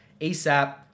ASAP